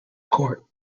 court